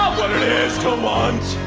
what it is to want!